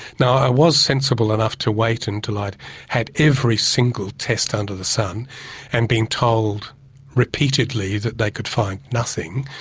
now i was sensible enough to wait until i'd had every single test under the sun and been told repeatedly that they could find nothing.